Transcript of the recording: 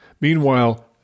Meanwhile